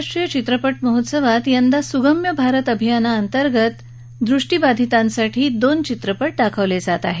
भारतीय आंतरराष्ट्रीय चित्रपट महोत्सवात यावर्षी सुगम्य भारत अभियाना अंतर्गत दृष्टीबाधितांसाठी दोन चित्रपट दाखवले जात आहेत